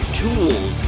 tools